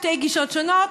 שתי גישות שונות,